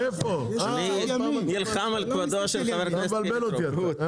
ההסתייגויות לא עברו.